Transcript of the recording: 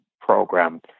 program